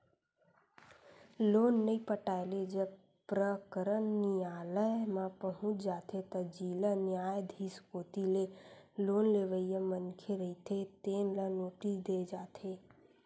loan नइ पटाए ले जब प्रकरन नियालय म पहुंच जाथे त जिला न्यायधीस कोती ले लोन लेवइया मनखे रहिथे तेन ल नोटिस दे जाथे